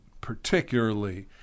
particularly